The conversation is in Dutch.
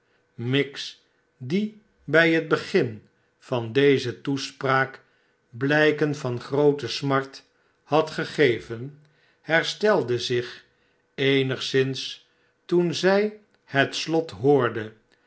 miggs die bij het begin van deze toespraak blijken van groote smart had gegeven herstelde zich eenigszins toen zij het slot hoorde